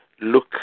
look